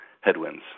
headwinds